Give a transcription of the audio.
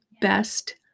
best